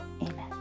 Amen